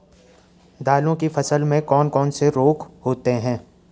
दालों की फसल में कौन कौन से रोग होते हैं?